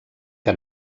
que